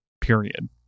Period